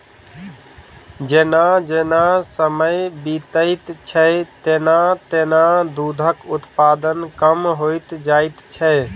जेना जेना समय बीतैत छै, तेना तेना दूधक उत्पादन कम होइत जाइत छै